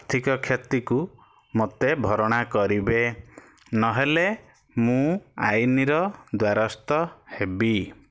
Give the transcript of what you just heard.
ଆର୍ଥିକ କ୍ଷତିକୁ ମୋତେ ଭରଣା କରିବେ ନ ହେଲେ ମୁଁ ଆଇନ୍ର ଦ୍ୱାରସ୍ଥ ହେବି